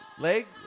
leg